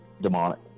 demonic